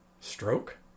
Stroke